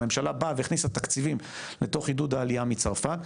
הממשלה באה והכניסה תקציבים לתוך עידוד העלייה מצרפת.